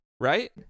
right